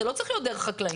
זה לא צריך להיות דרך חקלאים.